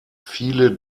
viele